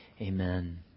Amen